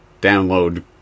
download